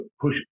push